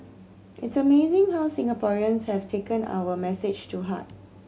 it's amazing how Singaporeans have taken our message to heart